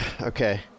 Okay